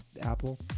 Apple